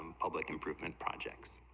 um public improvement projects